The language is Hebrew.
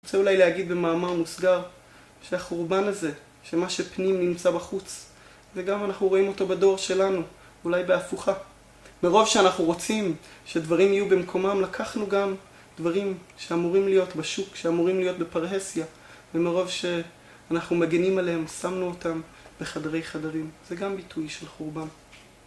אני רוצה אולי להגיד במאמר מוסגר, שהחורבן הזה, שמה שפנים נמצא בחוץ, זה גם אנחנו רואים אותו בדור שלנו, אולי בהפוכה. מרוב שאנחנו רוצים שדברים יהיו במקומם, לקחנו גם דברים שאמורים להיות בשוק, שאמורים להיות בפרהסיה, ומרוב שאנחנו מגנים עליהם, שמנו אותם בחדרי חדרים. זה גם ביטוי של חורבן.